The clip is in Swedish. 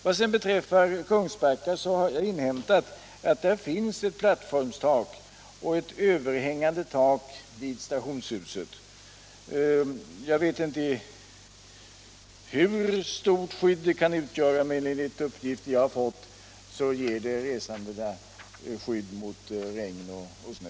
Vad sedan beträffar Kungsbacka har jag inhämtat att där finns ett plattformstak och ett överhängande tak vid stationshuset. Jag vet inte hur stort skydd detta kan utgöra, men enligt de uppgifter jag har fått ger det de resande skydd mot regn och snö.